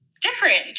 different